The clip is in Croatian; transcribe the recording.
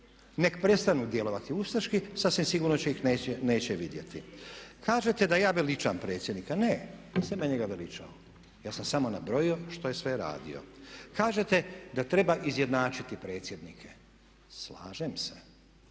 Nek prestanu djelovati ustaški, sasvim sigurno ih neće vidjeti. Kažete da ja veličam predsjednika, ne, nisam ja njega veličao, ja sam samo nabrojio što je sve radio. Kažete da treba izjednačiti predsjednike, slažem se.